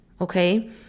okay